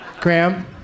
Graham